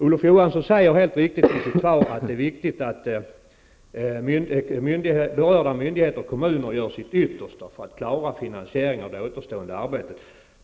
Olof Johansson säger helt riktigt i sitt svar att det är viktigt att ”berörda myndigheter och kommuner gör sitt yttersta för att klara finansieringen av det återstående arbetet”.